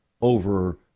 over